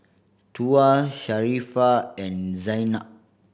Tuah Sharifah and Zaynab